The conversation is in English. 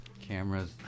cameras